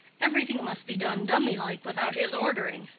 everything must be done dummy-like without his ordering.